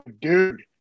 dude